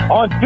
on